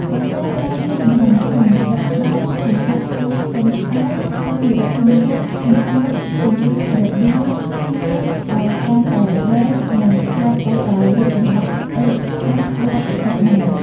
ប្រាសាទច្រើនមានទំហំធំ ស្តុកស្តម្ភ កម្ពស់ខ្ពស់ស្កឹមស្កៃ សម្ភារៈធំៗ ធ្ងន់ៗ ពង្រីករបៀងថែវឱ្យកាន់តែវែង និង ភ្ជាប់ទៅដោយរូបចម្លាក់ស្អេកស្កះរាប់សីប ម៉ែត្រ។